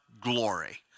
glory